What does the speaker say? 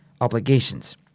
obligations